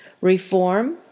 Reform